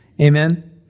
Amen